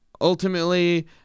Ultimately